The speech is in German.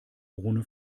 ohne